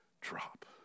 drop